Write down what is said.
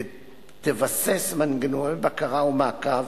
תבסס מנגנוני בקרה ומעקב,